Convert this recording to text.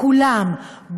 לכולם,